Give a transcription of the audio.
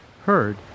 heard